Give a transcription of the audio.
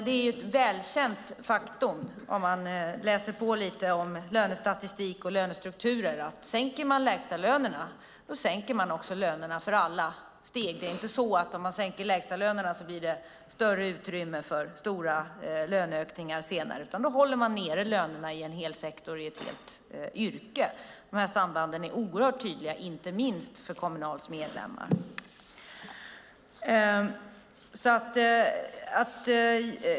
Det är ett väl känt faktum utifrån lönestatistik och lönestrukturer att sänker man lägstalönerna sänker man lönerna för alla. Det är inte så att om man sänker lägstalönerna blir det större utrymme för stora löneökningar senare, utan då håller man nere lönerna i ett yrke i en hel sektor. De här sambanden är oerhört tydliga, inte minst för Kommunals medlemmar.